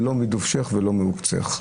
לא מדובשך ולא מעוקצך.